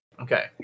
okay